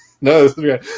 no